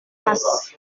passe